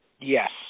Yes